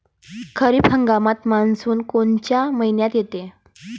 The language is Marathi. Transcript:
खरीप हंगामात मान्सून कोनच्या मइन्यात येते?